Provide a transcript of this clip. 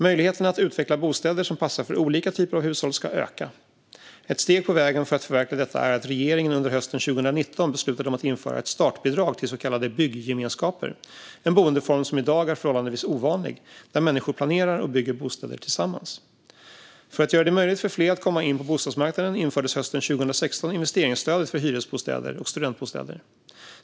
Möjligheterna att utveckla bostäder som passar för olika typer av hushåll ska öka. Ett steg på vägen för att förverkliga detta var att regeringen under hösten 2019 beslutade att införa ett startbidrag till så kallade byggemenskaper. Det är en boendeform som i dag är förhållandevis ovanlig, där människor planerar och bygger bostäder tillsammans. För att göra det möjligt för fler att komma in på bostadsmarknaden infördes hösten 2016 investeringsstödet för hyresbostäder och studentbostäder.